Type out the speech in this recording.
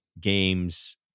games